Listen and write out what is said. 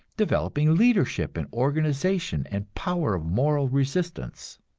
developing leadership and organization and power of moral resistance.